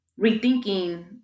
rethinking